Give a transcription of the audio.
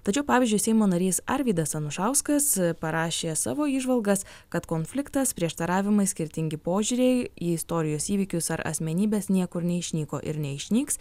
tačiau pavyzdžiui seimo narys arvydas anušauskas parašė savo įžvalgas kad konfliktas prieštaravimai skirtingi požiūriai į istorijos įvykius ar asmenybes niekur neišnyko ir neišnyks